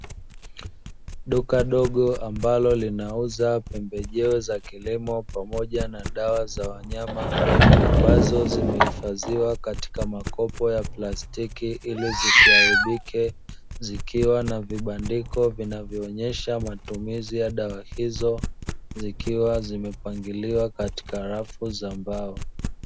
Duka dogo ambalo linauza pembejeo za kilimo pamoja na dawa za wanyama, ambazo zimehifadhiwa katika makopo ya plastiki ili zisiaribike, zikiwa na vibandiko vinavyoonyesha matumizi ya dawa hizo, zikiwa zimepangiliwa katika rafu za mbao.